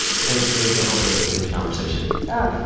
thanks for being so open in this conversation oh,